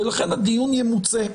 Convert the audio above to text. ולכן הדיון ימוצה.